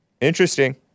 Interesting